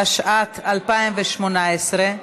התשע"ט 2018,